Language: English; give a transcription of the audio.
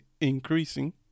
increasing